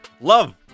love